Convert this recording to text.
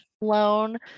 loan